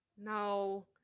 No